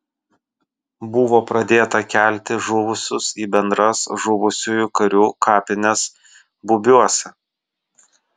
buvo pradėta kelti žuvusius į bendras žuvusiųjų karių kapines bubiuose